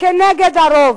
כנגד הרוב.